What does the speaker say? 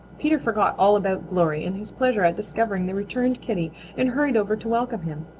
peter forgot all about glory in his pleasure at discovering the returned kitty and hurried over to welcome him.